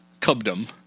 cubdom